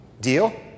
deal